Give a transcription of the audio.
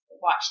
watch